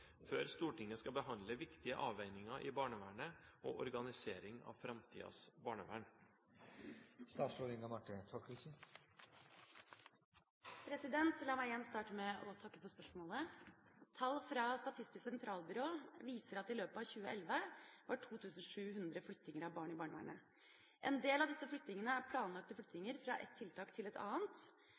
før Stortinget skal behandle viktige avveininger i barnevernet og organisering av framtidens barnevern?» La meg igjen starte med å takke for spørsmålet. Tall fra Statistisk sentralbyrå viser at det i løpet av 2011 var 2 700 flyttinger av barn i barnevernet. En del av disse flyttingene er planlagte flyttinger fra ett tiltak til et annet,